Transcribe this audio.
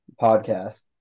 podcast